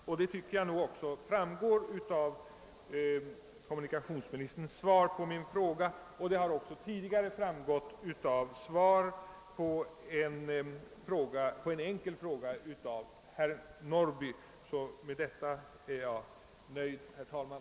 Detta tycker jag också framgår av kommunikationsministerns svar och det har även framgått av svaret på en enkel fråga av herr Norrby för några veckor sedan. Med detta är jag nöjd, herr talman.